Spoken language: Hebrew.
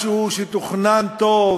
משהו שתוכנן טוב,